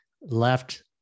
left